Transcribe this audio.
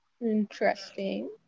Interesting